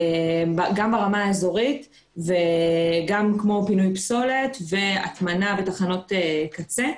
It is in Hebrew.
גם ברמה האזורית וגם כמו פינוי פסולת והטמנה בתחנות קצה,